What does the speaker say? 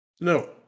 no